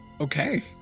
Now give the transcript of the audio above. Okay